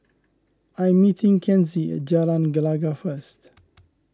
I am meeting Kenzie at Jalan Gelegar first